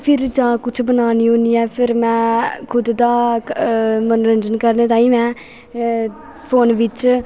फिर जां कुछ बनान्नी होन्नी ऐ फिर में खुद दा मनोरंजन करने ताईं में फोन बिच्च